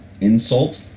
insult